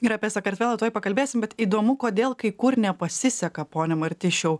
ir apie sakartvelą tuoj pakalbėsim bet įdomu kodėl kai kur nepasiseka pone martišiau